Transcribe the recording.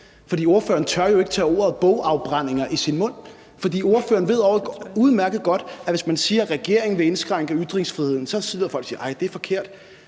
for ordføreren tør jo ikke tage ordet bogafbrændinger i sin mund. Ordføreren ved udmærket godt, at hvis man siger, at regeringen vil indskrænke ytringsfriheden, så vil folk sidde og sige,